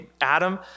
Adam